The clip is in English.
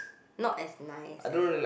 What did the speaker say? not as nice as